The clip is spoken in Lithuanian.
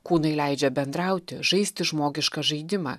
kūnai leidžia bendrauti žaisti žmogišką žaidimą